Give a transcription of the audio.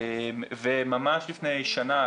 וממש לפני שנה,